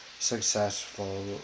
successful